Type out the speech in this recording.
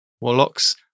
Warlocks